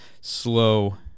slow